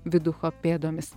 viducho pėdomis